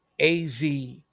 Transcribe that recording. AZ